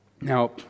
Now